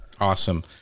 Awesome